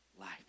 life